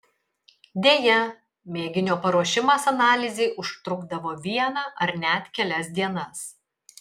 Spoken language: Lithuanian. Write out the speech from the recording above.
deja mėginio paruošimas analizei užtrukdavo vieną ar net kelias dienas